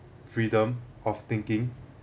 freedom of thinking